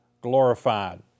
glorified